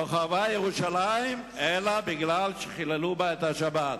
לא חרבה ירושלים אלא משום שחיללו בה את השבת.